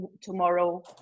tomorrow